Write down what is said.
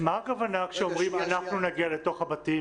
מה הכוונה כשאומרים אנחנו נגיע לתוך הבתים?